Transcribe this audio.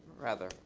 rather,